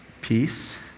peace